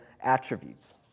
attributes